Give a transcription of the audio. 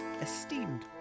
esteemed